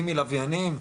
אם מלווינים,